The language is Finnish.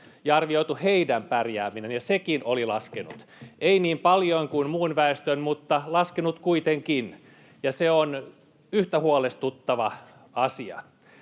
ja arvioitu heidän pärjäämisensä, ja sekin oli laskenut — ei niin paljon kuin muun väestön, mutta laskenut kuitenkin — ja se on yhtä huolestuttava asia.